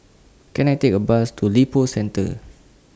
Can I Take A Bus to Lippo Centre